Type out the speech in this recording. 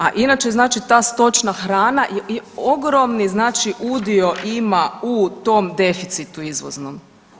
A inače znači ta stočna hrana je ogromni znači udio ima u tom deficitu izvoznom.